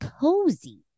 cozy